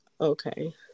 Okay